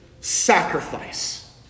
sacrifice